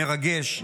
מרגש.